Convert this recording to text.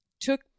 Took